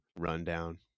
Rundown